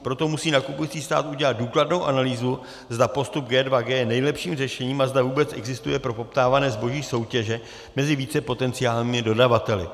Proto musí nakupující stát udělat důkladnou analýzu, zda postup G2G je nejlepším řešením a zda vůbec existuje pro poptávané zboží soutěž mezi více potenciálními dodavateli.